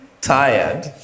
tired